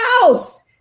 house